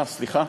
אה, סליחה.